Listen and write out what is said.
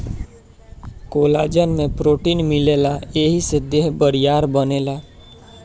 collagen में protein मिलेला एही से देह बरियार बनेला